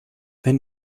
wenn